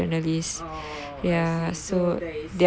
oh I see so there is a